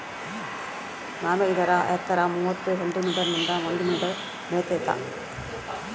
ಸಾಮೆ ಇದರ ಎತ್ತರ ಮೂವತ್ತು ಸೆಂಟಿಮೀಟರ್ ನಿಂದ ಒಂದು ಮೀಟರ್ ಬೆಳಿತಾತ